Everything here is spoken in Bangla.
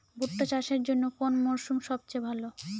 ভুট্টা চাষের জন্যে কোন মরশুম সবচেয়ে ভালো?